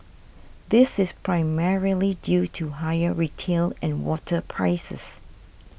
this is primarily due to higher retail and water prices